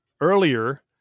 earlier